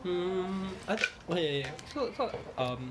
mm I okay so so um